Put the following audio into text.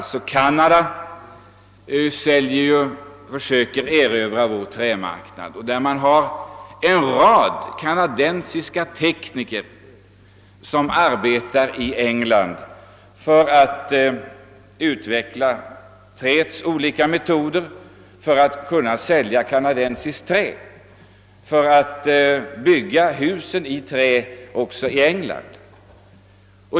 Kanada försöker där erövra vår trämarknad, och en rad kanadensiska tekniker arbetar i England för att utveckla träets olika behandlingsmetoder, sälja kanadensiskt trä och bygga hus i trä även i England.